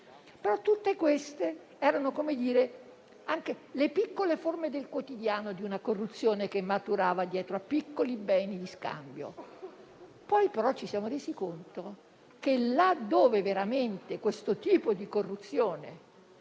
dire. Tutte queste erano le piccole forme del quotidiano di una corruzione che maturava dietro a piccoli beni di scambio. Poi però ci siamo resi conto che, laddove veramente questo tipo di corruzione